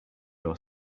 your